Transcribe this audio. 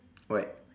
what